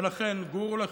ולכן גורו לכם.